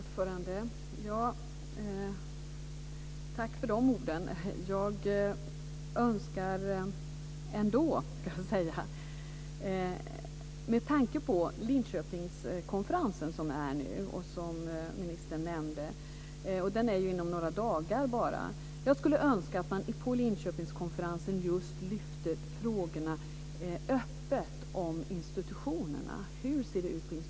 Fru talman! Tack för de orden. Jag har ändå ett önskemål med tanke på Linköpingskonferensen som är nu och som ministern nämnde. Den är om några dagar bara. Jag skulle önska att man på Linköpingskonferensen just lyfter fram frågorna, och gör det öppet, om institutionerna, hur det ser ut på institutionerna.